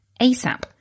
ASAP